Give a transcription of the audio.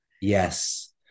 Yes